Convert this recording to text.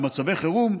במצבי חירום,